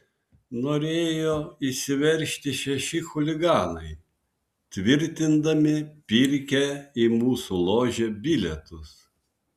norėjo įsiveržti šeši chuliganai tvirtindami pirkę į mūsų ložę bilietus